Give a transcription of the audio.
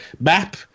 map